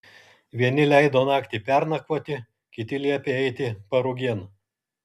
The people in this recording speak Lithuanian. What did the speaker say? vieni leido naktį pernakvoti kiti liepė eiti parugėn